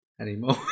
anymore